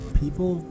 people